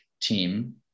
team